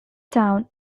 town